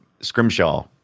Scrimshaw